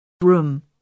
room